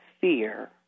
fear